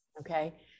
Okay